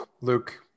Luke